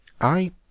I